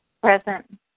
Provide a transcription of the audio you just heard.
Present